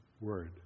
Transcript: word